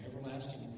everlasting